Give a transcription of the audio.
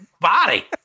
body